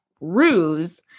ruse